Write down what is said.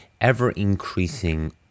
ever-increasing